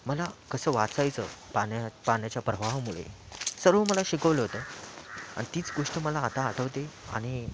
मला कसं वाचायचं पाण्यात पाण्याच्या प्रवाहामुळे सर्व मला शिकवलं होतं आणि तीच गोष्ट मला आता आठवते आणि